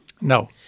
No